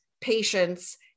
patients